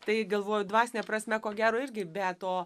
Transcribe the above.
tai galvoju dvasine prasme ko gero irgi be to